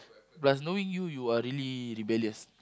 plus knowing you you are really rebellious